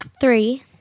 Three